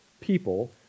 people